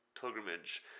pilgrimage